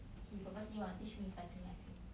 he purposely [one] teach me cycling I think